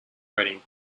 reading